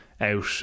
out